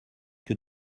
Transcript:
que